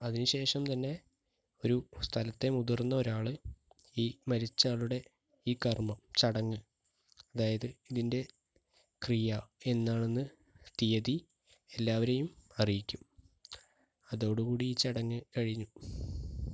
അതിന് ശേഷം തന്നെ ഒരു സ്ഥലത്തെ മുതിർന്ന ഒരാൾ ഈ മരിച്ച ആളുടെ ഈ കർമ്മം ചടങ്ങ് അതായത് ഇതിൻ്റെ ക്രിയ എന്നാണെന്ന് തീയ്യതി എല്ലാവരെയും അറിയിക്കും അതോടുകൂടി ഈ ചടങ്ങ് കഴിഞ്ഞു